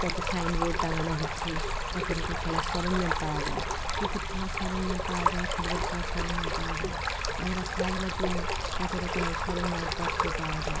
কত সাইনবোর্ড টাঙানো হচ্ছে কতরকম খেলার সরঞ্জাম পাওয়া যায় ক্রিকেট খেলার সরঞ্জাম পাওয়া যায় ফুটবল খেলার সরঞ্জাম পাওয়া যায় আমরা খেলাধূলার জন্য কত রকমের সরঞ্জামপত্র পাওয়া যায়